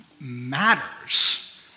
matters